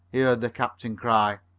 the captain cry.